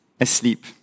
asleep